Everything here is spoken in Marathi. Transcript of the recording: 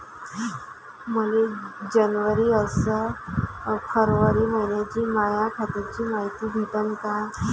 मले जनवरी अस फरवरी मइन्याची माया खात्याची मायती भेटन का?